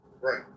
Right